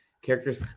characters